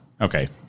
Okay